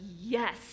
yes